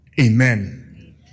Amen